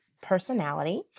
personality